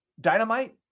dynamite